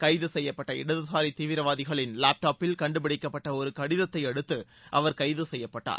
கைது செய்யப்பட்ட இடதுசாரி தீவிரவாதிகளின் லாப்டேப்பில் கண்டுபிடிக்கப்பட்ட ஒரு கடிதத்தை அடுத்து அவர் கைது செய்யப்பட்டடார்